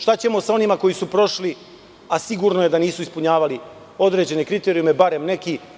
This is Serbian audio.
Šta ćemo sa onima koji su prošli, a sigurno je da nisu ispunjavali određene kriterijume, barem neki?